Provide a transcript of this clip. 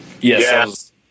Yes